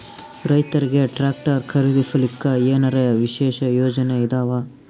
ರೈತರಿಗೆ ಟ್ರಾಕ್ಟರ್ ಖರೀದಿಸಲಿಕ್ಕ ಏನರ ವಿಶೇಷ ಯೋಜನೆ ಇದಾವ?